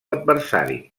adversari